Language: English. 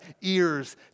ears